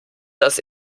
dass